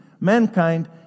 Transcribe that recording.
Mankind